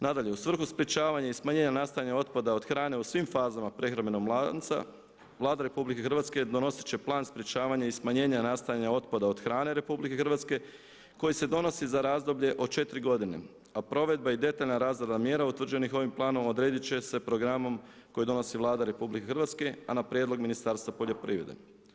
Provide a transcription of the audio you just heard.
Nadalje, u svrhu sprječavanja i smanjenja nastajanja otpada od hrane u svim fazama prehrambenog lanca Vlada RH donositi će plan sprječavanja i smanjenja nastajanja otpada od hrane RH koji se donosi za razdoblje od 4 godine a provedba i detaljna razrada mjera utvrđenih ovim planom odrediti će se programom koji donosi Vlada RH a na prijedlog Ministarstva poljoprivrede.